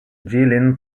jilin